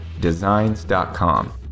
designs.com